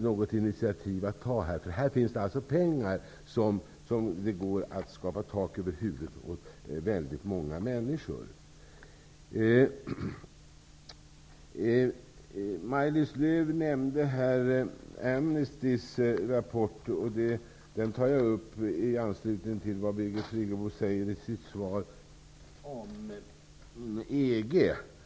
något initiativ att ta kring detta? Det finns alltså pengar som kan användas för att skapa tak över huvudet åt väldigt många människor. Maj-Lis Lööw nämnde Amnestys rapport, och den tar jag upp i anslutning till vad Birgit Friggebo säger i sitt svar om EG.